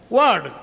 word